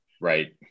right